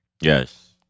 Yes